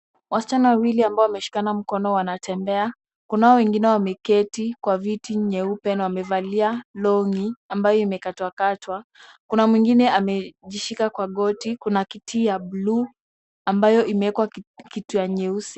Wasichana wawili ambao wameshikana mkono wanatembea. Kunao wengine wameketi kwa viti nyeupe na wamevalia long'i ambayo imekatwakatwa. Kuna mwingine amejishika kwa goti. Kuna kiti ya bluu, ambayo imewekwa kitu ya nyeusi.